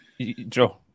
joe